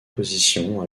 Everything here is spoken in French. positions